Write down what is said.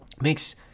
makes